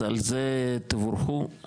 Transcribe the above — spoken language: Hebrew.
אז על זה, תבורכו.